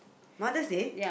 mother's day